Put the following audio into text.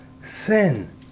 sin